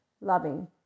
loving